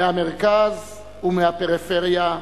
מהמרכז ומהפריפריה,